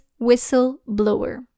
whistleblower